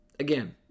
Again